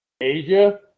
Asia